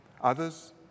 Others